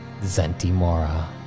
Zentimora